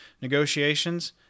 negotiations